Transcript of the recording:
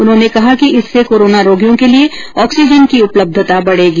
उन्होंने कहा कि इससे कोरोना रोगियों के लिए ऑक्सीजन की उपलब्धता बढेगी